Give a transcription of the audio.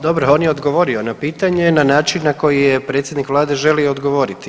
Dobro, on je odgovorio na pitanje na način na koji je predsjednik Vlade želio odgovoriti.